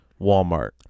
Walmart